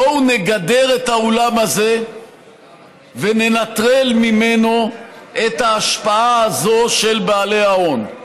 בואו נגדר את האולם הזה וננטרל ממנו את ההשפעה הזאת של בעלי ההון.